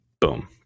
boom